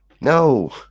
No